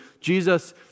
Jesus